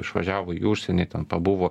išvažiavo į užsienį ten pabuvo